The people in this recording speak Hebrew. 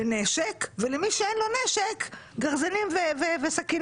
בנשק, ומי שאין לו נשק, בגרזנים וסכינים.